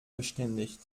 verständigt